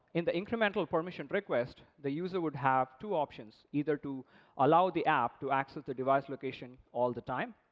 in the incremental permission request the user would have two options. either to allow the app to access the device location all the time,